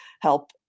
help